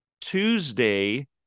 Tuesday